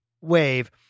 wave